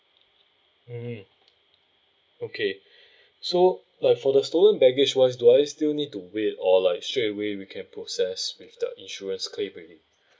mm okay so like for the stolen baggage wise do I still need to wait or like straightaway we can process with the insurance claim already